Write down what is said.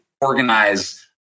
organize